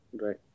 Right